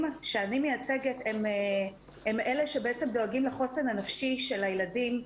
שאני מייצגת הם אלה שדואגים לחוסן הנפשי של הילדים,